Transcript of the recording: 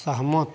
सहमत